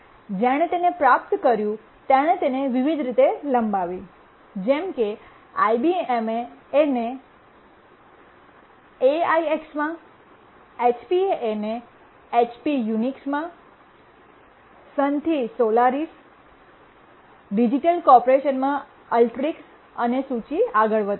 જેણે તેને પ્રાપ્ત કર્યું તેણે તેને વિવિધ રીતે લંબાવી જેમ કે IBM એ એને એઆઈએક્સમાં એચપી એ એને એચપી યુએક્સમાં સન થી સોલારિસ ડિજિટલ કોર્પોરેશનમાં અલ્ટ્રિક્સ અને સૂચિ આગળ વધે છે